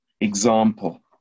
example